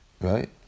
Right